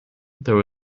there